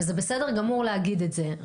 וזה בסדר גמור להגיד את זה,